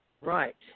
Right